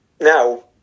now